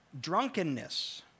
drunkenness